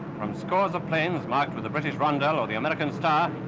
from scores of planes marked with the british roundel or the american star,